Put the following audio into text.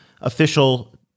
official